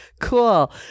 cool